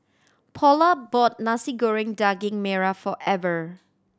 Paula bought Nasi Goreng Daging Merah for Ever